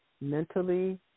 mentally